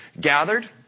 Gathered